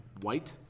white